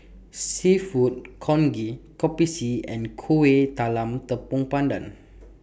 Seafood Congee Kopi C and Kueh Talam Tepong Pandan